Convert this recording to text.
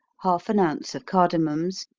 half an ounce of cardamums,